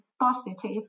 positive